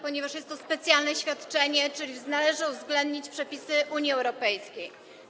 Ponieważ jest to specjalne świadczenie, należy uwzględnić przepisy Unii Europejskie.